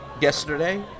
Yesterday